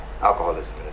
alcoholism